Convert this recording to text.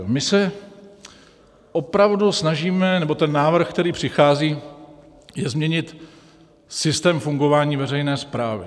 My se opravdu snažíme, nebo ten návrh, který přichází, je změnit systém fungování veřejné správy.